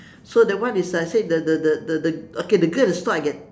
so that one is I said the the the the the okay the girl in stall I get